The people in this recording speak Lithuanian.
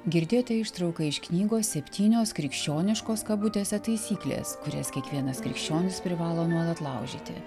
girdėjote ištrauką iš knygos septynios krikščioniškos kabutėse taisyklės kurias kiekvienas krikščionis privalo nuolat laužyti